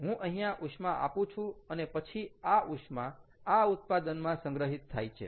હું અહીંયા ઉષ્મા આપું છું અને પછી આ ઉષ્મા આ ઉત્પાદનમાં સંગ્રહિત થાય છે